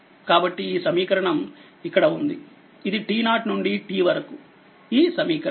కాబట్టి ఈసమీకరణం ఇక్కడ ఉంది ఇది t0నుండి t వరకుఈ సమీకరణం